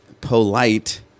polite